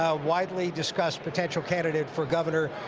ah widely discussed potential candidate for governor